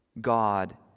God